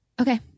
Okay